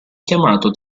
chiamato